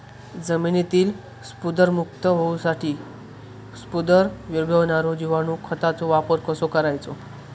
जमिनीतील स्फुदरमुक्त होऊसाठीक स्फुदर वीरघळनारो जिवाणू खताचो वापर कसो करायचो?